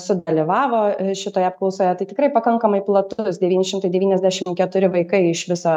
sudalyvavo šitoje apklausoje tai tikrai pakankamai platus devyni šimtai devyniasdešim keturi vaikai iš viso